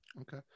Okay